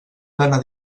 plena